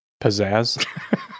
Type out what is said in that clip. pizzazz